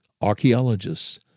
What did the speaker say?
archaeologists